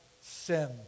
sin